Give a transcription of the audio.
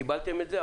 קיבלתם את זה,